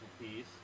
piece